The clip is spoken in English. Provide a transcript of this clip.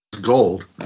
gold